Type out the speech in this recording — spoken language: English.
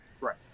Right